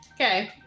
okay